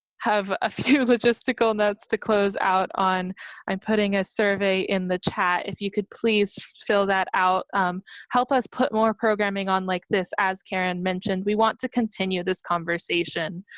have a few logistical notes to close out on i'm putting a survey in the chat if you could please fill that out help us put more programming on like this, as karen mentioned we want to continue this conversation,